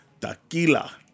Tequila